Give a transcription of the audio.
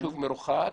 ביישוב מרוחק,